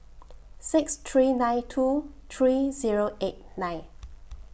six three nine two three Zero eight nine